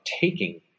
taking